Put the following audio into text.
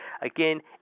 again